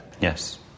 Yes